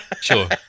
sure